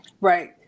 right